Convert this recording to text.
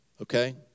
Okay